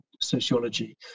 sociology